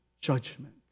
judgment